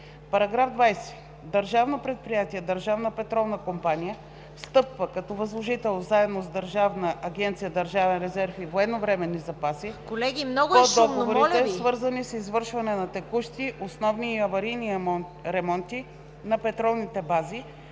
§ 20: „§ 20. Държавно предприятие „Държавна петролна компания“ встъпва като възложител заедно с Държавна агенция „Държавен резерв и военновременни запаси“ по договорите, свързани с извършване на текущи, основни и аварийни ремонти на петролните бази,